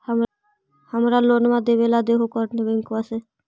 हमरा लोनवा देलवा देहो करने बैंकवा से?